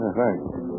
thanks